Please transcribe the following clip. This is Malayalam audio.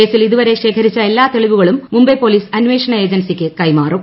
കേസിൽ ഇതുവരെ ശേഖരിച്ച എല്ലാ തെളിവുകളും മുംബൈ പോലീസ് അന്വേഷണ ഏജൻസിക്ക് കൈമാറും